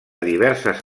diverses